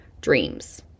dreams